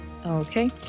Okay